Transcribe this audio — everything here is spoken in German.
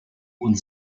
und